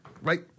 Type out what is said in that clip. right